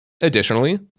Additionally